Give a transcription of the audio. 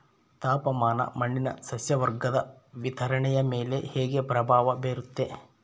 ತಾಪಮಾನ ಮಣ್ಣಿನ ಸಸ್ಯವರ್ಗದ ವಿತರಣೆಯ ಮೇಲೆ ಹೇಗೆ ಪ್ರಭಾವ ಬೇರುತ್ತದೆ?